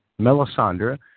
Melisandre